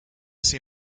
see